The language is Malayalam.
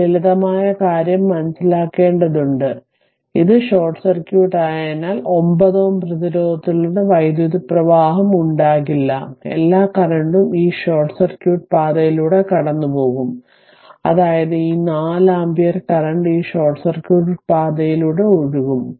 ഈ ലളിതമായ കാര്യം മനസ്സിലാക്കേണ്ടതുണ്ട് ഇത് ഷോർട്ട് സർക്യൂട്ട് ആയതിനാൽ 9 Ω പ്രതിരോധത്തിലൂടെ വൈദ്യുതപ്രവാഹം ഉണ്ടാകില്ല എല്ലാ കറന്റും ഈ ഷോർട്ട് സർക്യൂട്ട് പാതയിലൂടെ കടന്നുപോകും അതായത് ഈ 4 ആമ്പിയർ കറന്റ് ഈ ഷോർട്ട് സർക്യൂട്ട് പാതയിലൂടെ ഒഴുകും